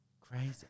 Crazy